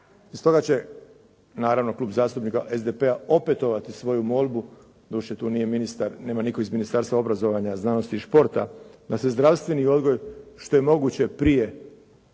Stoga će naravno Klub zastupnika SDP-a opetovati svoju molbu, doduše tu nije ministar, nema nitko iz Ministarstva obrazovanja, znanosti i športa da se zdravstveni odgoj što je moguće prije